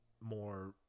more